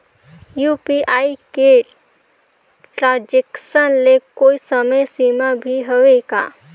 UPI के transaction ले कोई समय सीमा भी हवे का?